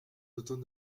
autant